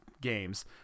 games